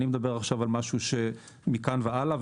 אני מדבר על משהו שמכאן והלאה.